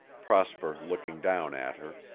prosper looking down at her,